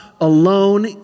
alone